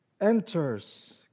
enters